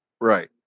right